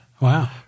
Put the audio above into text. Wow